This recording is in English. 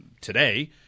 today